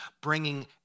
Bringing